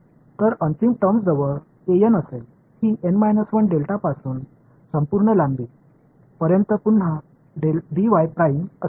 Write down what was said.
तर अंतिम टर्म्सजवळ असेल ही पासून संपूर्ण लांबी पर्यंत पुन्हा असेल